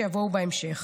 שיבואו בהמשך.